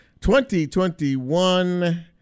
2021